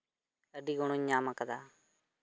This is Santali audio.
ᱟᱹᱰᱤ ᱜᱚᱲᱚᱧ ᱧᱟᱢ ᱟᱠᱟᱫᱟ